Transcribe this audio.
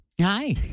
Hi